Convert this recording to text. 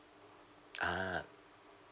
ah